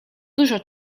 dużo